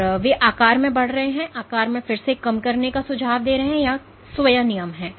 इसलिए वे आकार में बढ़ रहे हैं और फिर वे आकार में फिर से कम करने का सुझाव दे रहे हैं कि कुछ स्व नियम हैं